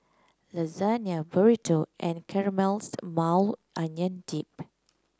Lasagne Burrito and Caramelized Maui Onion Dip